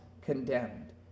condemned